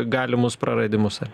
galimus praradimus ar